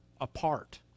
apart